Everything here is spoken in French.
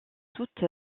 toute